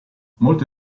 molte